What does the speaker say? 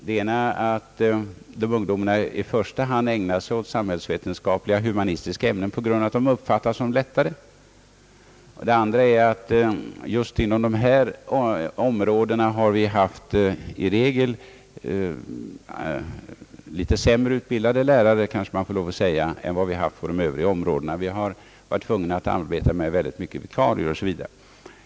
Den ena var att ungdomarna i första hand ägnar sig åt samhällsvetenskapliga och humanistiska ämnen på grund av att de uppfattar dessa ämnen såsom lättare. Den andra var att vi just på dessa områden i regel har haft litet sämre utbildade lärare, kanske man får lov att säga, än vad vi har haft på de övriga områdena. Vi har varit tvungna att arbeta med synnerligen många vikarier osv.